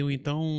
Então